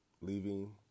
Leaving